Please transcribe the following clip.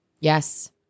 Yes